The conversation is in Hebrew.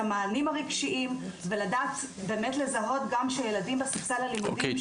המענים הרגשיים ולדעת באמת לזהות גם שילדים בספסל הלימודים --- אוקי,